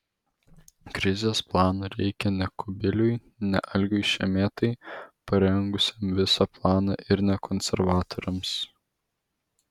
krizės plano reikia ne kubiliui ne algiui šemetai parengusiam visą planą ir ne konservatoriams